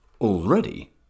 Already